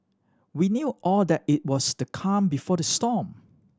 we knew all that it was the calm before the storm